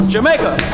Jamaica